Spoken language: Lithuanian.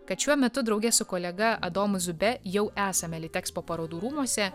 kad šiuo metu drauge su kolega adomui zube jau esame litekspo parodų rūmuose